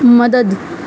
مدد